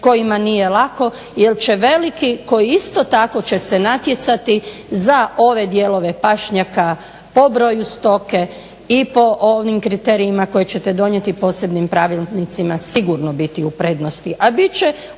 kojima nije lako jer će veliki koji isto tako će se natjecati za ove dijelove pašnjaka po broju stoke i po onim kriterijima koje ćete donijeti posebnim pravilnicima sigurno biti u prednosti,